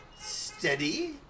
steady